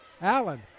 Allen